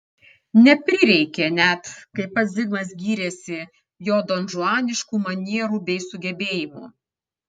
neprireikė net kaip pats zigmas gyrėsi jo donžuaniškų manierų bei sugebėjimų